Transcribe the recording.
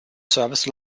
service